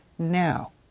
now